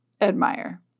admire